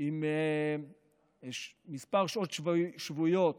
עם מספר שעות שבועיות